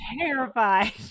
terrified